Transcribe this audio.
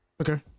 Okay